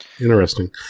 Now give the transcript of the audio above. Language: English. Interesting